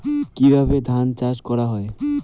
কিভাবে ধান চাষ করা হয়?